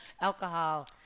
alcohol